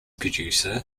producer